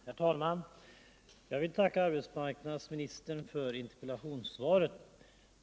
Herr talman! Jag vill tacka arbetsmarknadsministern för interpellationssvaret.